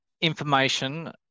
information